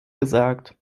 gesagt